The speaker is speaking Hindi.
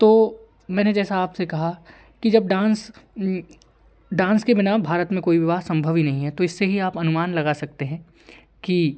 तो मैंने जैसा आपसे कहा कि जब डांस डांस के बिना भारत में कोई विवाह संभव ही नहीं है तो इससे ही आप अनुमान लगा सकते हैं कि